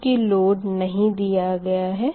चूँकि लोड नही दिया गया है